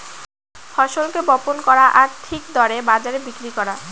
ফসলকে বপন করা আর ঠিক দরে বাজারে বিক্রি করা